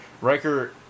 Riker